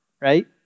right